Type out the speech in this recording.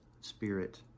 spirit